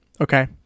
okay